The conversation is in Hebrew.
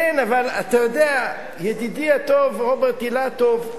כן, אבל אתה יודע, ידידי הטוב רוברט אילטוב,